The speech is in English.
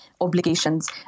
obligations